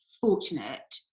fortunate